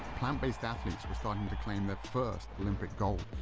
plant-based athletes were starting to claim their first olympic golds.